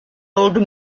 old